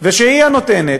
ושהיא נותנת.